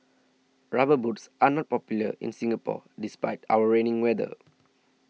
rubber boots are not popular in Singapore despite our rainy weather